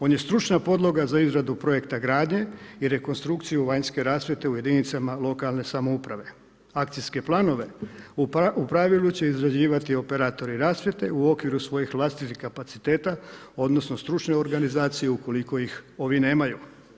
On je stručna podloga za izradu projekta gradnje i rekonstrukciju vanjske rasvjete u jedinicama lokalne samouprave, akcijske planove u pravilu že izrađivati operatori rasvjete u okviru svojih vlastitih kapaciteta, odnosno, stručnu organizaciju ukoliko ih ovi nemaju.